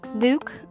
Luke